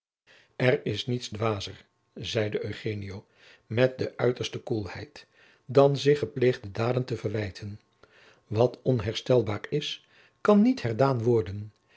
er is niets dwazer zeide eugenio met de uiterste koelheid dan zich gepleegde daden te verwijten wat onherstelbaar is kan niet herdaan worden